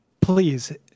Please